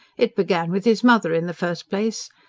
it began with his mother in the first place.